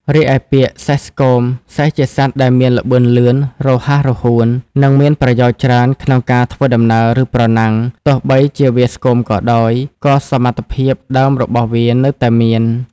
រីឯ ពាក្យ "សេះស្គម" សេះជាសត្វដែលមានល្បឿនលឿន រហ័សរហួន និងមានប្រយោជន៍ច្រើនក្នុងការធ្វើដំណើរ ឬប្រណាំង ទោះបីជាវាស្គមក៏ដោយ ក៏សមត្ថភាពដើមរបស់វានៅតែមាន។